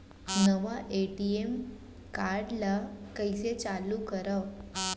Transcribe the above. नवा ATM card ल कइसे चालू करव?